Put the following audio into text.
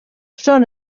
són